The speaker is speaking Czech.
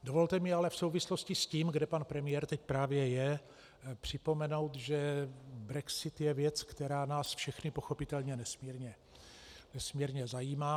Dovolte mi ale v souvislosti s tím, kde pan premiér teď právě je, připomenout, že brexit je věc, která nás všechny pochopitelně nesmírně zajímá.